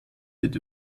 wird